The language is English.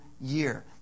year